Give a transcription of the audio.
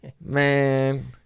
Man